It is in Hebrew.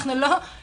אנחנו לא נגד,